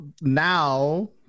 now